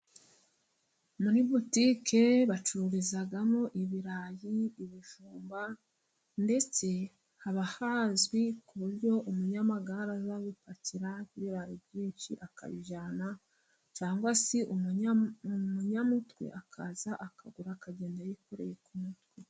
Muri butike bacururizamo ibirayi ,ibijumba, ndetse haba hazwi ku buryo umunyamagare aza gupakira ibirayi byinshi akabijyana ,cyangwa se umunyamutwe akaza akagura akagenda yikoreye ku mutwe.